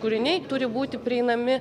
kūriniai turi būti prieinami